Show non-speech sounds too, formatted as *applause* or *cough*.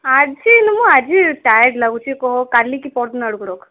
ଆଜି *unintelligible* ଆଜି ଟାୟାର୍ଡ଼୍ ଲାଗୁଛି କହ କାଲି କି ପଅରିଦିନ ଆଡ଼କୁ ରଖ